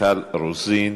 מיכל רוזין,